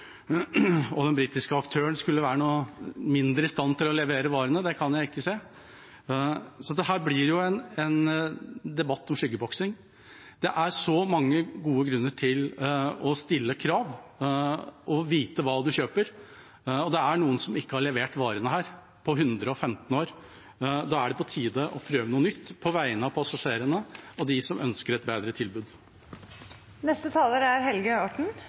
og den britiske aktøren, skulle være noe mindre i stand til å levere varene, kan jeg ikke se. Så dette blir jo en debatt med skyggeboksing. Det er mange gode grunner til å stille krav og vite hva man kjøper, og her er det noen som ikke har levert varene på 115 år. Da er det på tide å prøve noe nytt på vegne av passasjerene og dem som ønsker et bedre